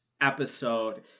episode